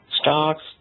Stocks